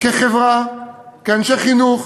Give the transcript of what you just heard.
כחברה, כאנשי חינוך,